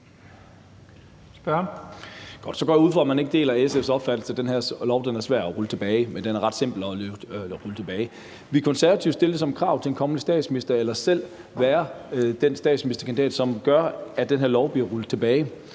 Så går jeg ud fra, at man ikke deler SF's opfattelse af, at den her lov er svær at rulle tilbage, men mener, at den er ret simpel at rulle tilbage. Vil Konservative stille det som et krav til en kommende statsminister – eller selv have en statsministerkandidat, som gør det – at den her lov bliver rullet tilbage?